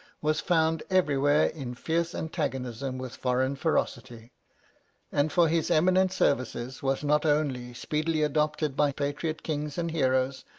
was found everywhere in fierce antagonism with foreign ferocity and for his eminent services was not only speedily adopted by patriot kings and heroes,